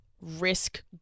risk